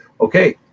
Okay